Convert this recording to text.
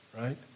right